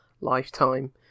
lifetime